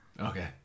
Okay